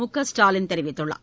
மு க ஸ்டாலின் தெரிவித்துள்ளார்